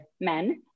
men